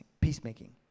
peacemaking